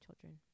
children